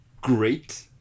Great